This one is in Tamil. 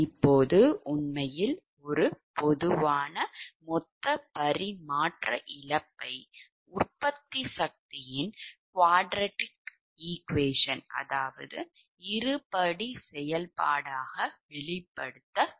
இப்போது உண்மையில் ஒரு பொதுவான மொத்த பரிமாற்ற இழப்பை உற்பத்திசக்தியின் இருபடி செயல்பாடாக வெளிப்படுத்த வேண்டும்